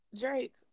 Drake